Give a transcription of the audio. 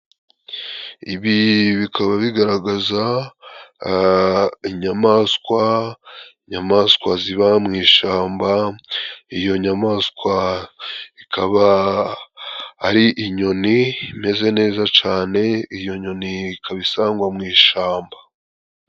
Ibi bikaba bigaragaza inyamaswa, inyamaswa ziba mu ishyamba. Iyo nyamaswa ikaba ari inyoni imeze neza cane, iyo nyoni ikaba isangwa mu ishyamba.